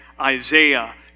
Isaiah